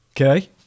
okay